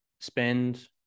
Spend